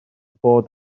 bod